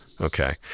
Okay